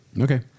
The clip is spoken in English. Okay